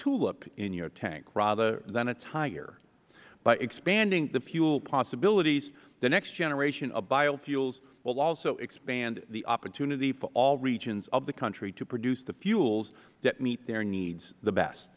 tulip in your tank rather than a tiger by expanding the fuel possibilities the next generation of biofuels will also expand the opportunity for all regions of the country to produce the fuels that meet their needs the best